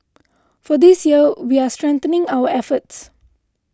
for this year we're strengthening our efforts